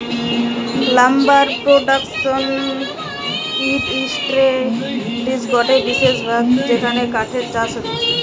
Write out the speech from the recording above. lumber production wood ইন্ডাস্ট্রির গটে বিশেষ ভাগ যেখানে কাঠের চাষ হতিছে